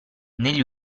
negli